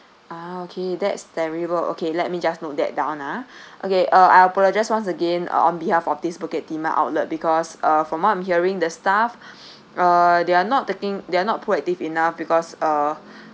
ah okay that's terrible okay let me just note that down ah okay uh I apologise once again uh on behalf of this bukit timah outlet because uh from what I'm hearing the staff uh they are not taking they are not proactive enough because uh